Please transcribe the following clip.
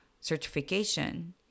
certification